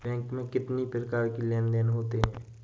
Bank में कितनी प्रकार के लेन देन देन होते हैं?